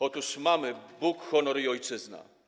Otóż mamy: Bóg, honor i ojczyzna.